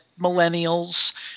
millennials